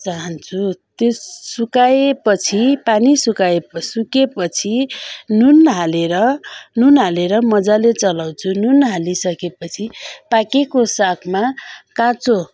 चाहन्छु त्यस सुकाए पछि पानी सुकाए पछि सुके पछि नुन हालेर नुन हालेर मजाले चलाउँछु नुन हालिसके पछि पाकेको सागमा काँचो